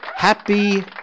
happy